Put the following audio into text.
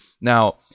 Now